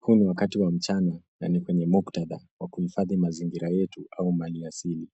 Huu ni wakati wa mchana na ni kwenye mkutadha wa kuhifadhi mazingira yetu au mali asili.